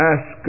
Ask